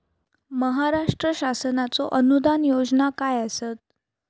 महाराष्ट्र शासनाचो अनुदान योजना काय आसत?